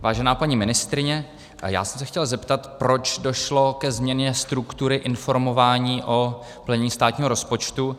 Vážená paní ministryně, chtěl jsem se zeptat, proč došlo ke změně struktury informování o plnění státního rozpočtu.